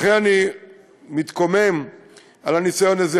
לכן אני מתקומם על הניסיון הזה,